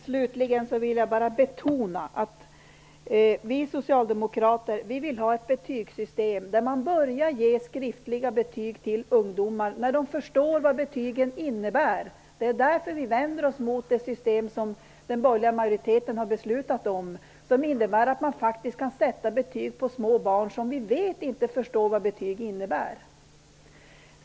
Fru talman! Till sist vill jag betona att vi socialdemokrater vill ha ett betygssystem som innebär att man börjar ge skriftliga betyg till ungdomar när de förstår vad betygen innebär. Vi vänder oss mot det system som den borgerliga majoriteten har beslutat om. Det innebär att man faktiskt kan sätta betyg på små barn som vi vet inte förstår vad det betyder.